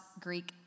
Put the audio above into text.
Greek